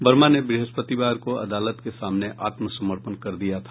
वर्मा ने बृहस्पतिवार को अदालत के सामने आत्म समर्पण कर दिया था